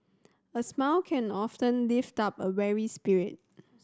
a smile can often lift up a weary spirit